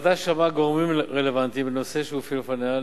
הוועדה שמעה גורמים רלוונטיים לנושא שהופיעו לפניה,